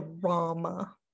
drama